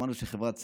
שמענו שבחברת סלקום,